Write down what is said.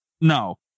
No